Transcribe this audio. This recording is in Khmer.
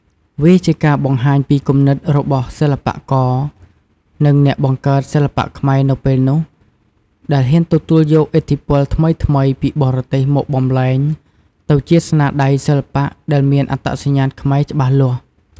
វាជាការបង្ហាញពីគំនិត របស់សិល្បករ និងអ្នកបង្កើតសិល្បៈខ្មែរនៅពេលនោះ ដែលហ៊ានទទួលយកឥទ្ធិពលថ្មីៗពីបរទេសមកបំប្លែងទៅជាស្នាដៃសិល្បៈដែលមានអត្តសញ្ញាណខ្មែរច្បាស់លាស់។